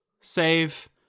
Save